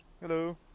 Hello